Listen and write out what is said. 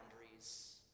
boundaries